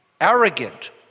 arrogant